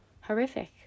horrific